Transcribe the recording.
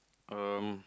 um